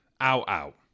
out-out